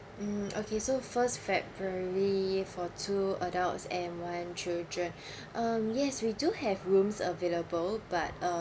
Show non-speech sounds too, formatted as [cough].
mm okay so first february for two adults and one children [breath] um yes we do have rooms available but uh